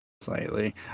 slightly